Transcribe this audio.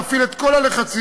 להפעיל את כל הלחצים.